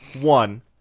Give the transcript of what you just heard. One